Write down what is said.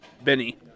Benny